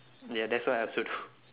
ya that's what I also do